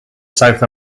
south